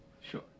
Sure